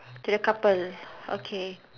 to the couple okay